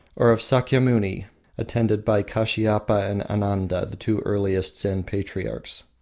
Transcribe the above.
or of sakyamuni attended by kashiapa and ananda, the two earliest zen patriarchs.